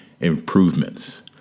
improvements